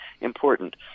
important